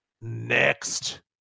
next